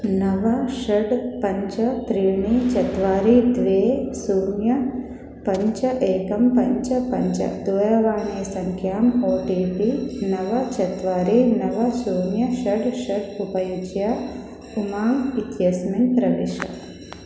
नव षड् पञ्च त्रीणि चत्वारि द्वे शून्यं पञ्च एकं पञ्च पञ्च दूरवाणीसङ्ख्याम् ओ टि पि नव चत्वारि नव शून्यं षड् षट् उपयुज्य उमाङ्ग् इत्यस्मिन् प्रविश